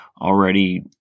already